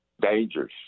dangerous